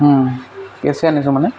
কেছে আনিছোঁ মানে